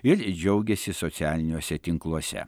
ir džiaugėsi socialiniuose tinkluose